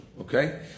okay